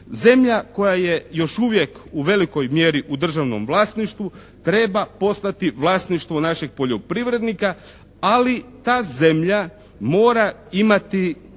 zemlja koja je još uvijek u velikoj mjeri u državnom vlasništvu treba postati vlasništvo našeg poljoprivrednika, ali ta zemlja mora imati